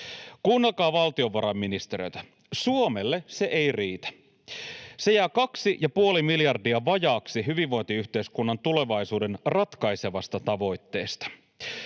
Kuunnelkaa valtiovarainministeriötä: Suomelle se ei riitä. Se jää 2,5 miljardia vajaaksi hyvinvointiyhteiskunnan tulevaisuuden ratkaisevasta tavoitteesta.